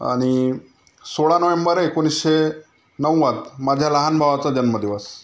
आणि सोळा नोवेंबर एकोणीसशे नव्वद माझ्या लहान भावाचा जन्मदिवस